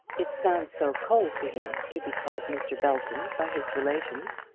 it sounds so cold to him to be called mr. belton by his relations.